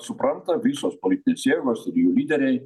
supranta visos politinės jėgos ir jų lyderiai